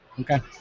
Okay